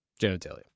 genitalia